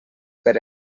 per